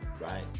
right